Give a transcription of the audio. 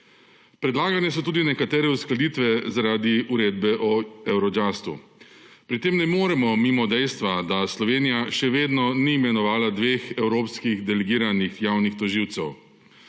Predlagane so tudi nekatere uskladitve zaradi uredbe o Eurojustu. Pri tem ne moremo mimo dejstva, da Slovenija še vedno ni imenovala dveh evropskih delegiranih javnih tožilcev.